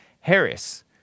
Harris